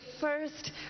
first